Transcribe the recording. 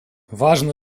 важно